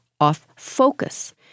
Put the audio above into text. off-focus